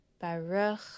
Baruch